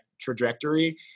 trajectory